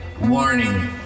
Warning